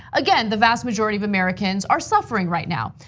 again, the vast majority of americans are suffering right now.